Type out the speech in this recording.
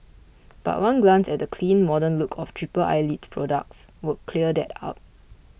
but one glance at the clean modern look of Triple Eyelid's products would clear that up